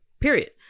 period